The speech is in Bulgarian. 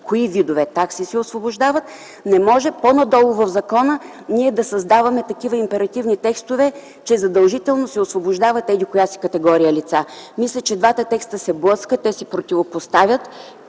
кои видове такси се освобождават, не може по-надолу в закона ние да създаваме такива императивни текстове, че задължително се освобождават еди-коя си категория лица. Мисля, че двата текста се блъскат, те се противопоставят